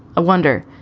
wonder,